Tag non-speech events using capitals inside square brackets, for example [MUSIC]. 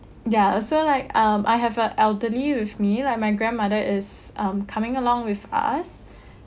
ya so like um I have a elderly with me like my grandmother is um coming along with us [BREATH]